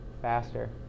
Faster